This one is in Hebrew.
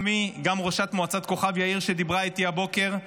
גם היא וגם ראשת מועצת כוכב יאיר שדיברה איתי הבוקר,